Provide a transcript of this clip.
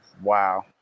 Wow